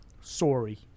Sorry